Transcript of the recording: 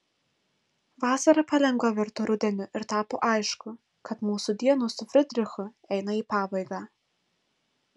vasara palengva virto rudeniu ir tapo aišku kad mūsų dienos su fridrichu eina į pabaigą